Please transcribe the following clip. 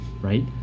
right